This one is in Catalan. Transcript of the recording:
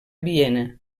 viena